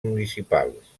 municipals